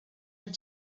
and